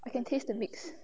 I can taste the mix